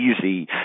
easy